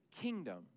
kingdom